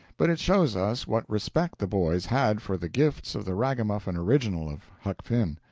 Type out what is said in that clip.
but it shows us what respect the boys had for the gifts of the ragamuffin original of huck finn.